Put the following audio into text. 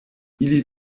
ili